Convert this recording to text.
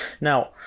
Now